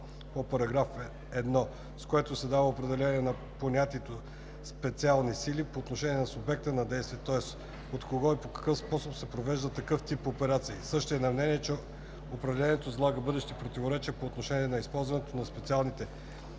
34 по § 1, с което се дава определение на понятието „специални операции“ по отношение на субекта на действията, тоест от кого и по какъв способ се провеждат такъв тип операции. Същият е на мнение, че определението залага бъдещи противоречия по отношение на използването на специални